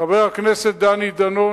חבר הכנסת דני דנון,